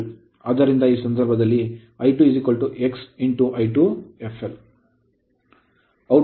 ಆದ್ದರಿಂದ ಈ ಸಂದರ್ಭದಲ್ಲಿ I2 x I2 fl